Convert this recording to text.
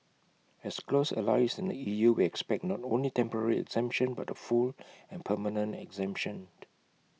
as close allies in the E U we expect not only temporary exemption but A full and permanent exemption